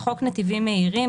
בחוק נתיבים מהירים,